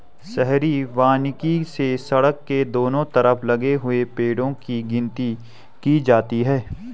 शहरी वानिकी से सड़क के दोनों तरफ लगे हुए पेड़ो की गिनती की जाती है